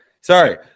Sorry